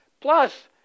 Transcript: Plus